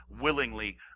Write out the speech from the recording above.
willingly